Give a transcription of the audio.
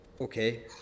Okay